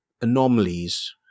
anomalies